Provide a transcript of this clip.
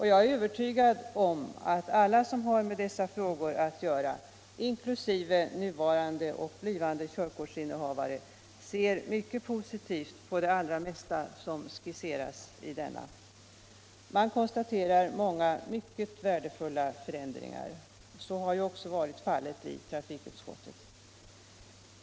Jag är övertygad om att alla som har med dessa frågor att göra, inkl. nuvarande och blivande körkortsinnehavare, ser mycket positivt på det allra mesta som skisseras i denna. Man konstaterar många mycket värdefulla förändringar. Så har ju också varit fallet i trafikutskottet.